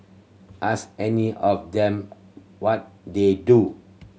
ask any of them what they do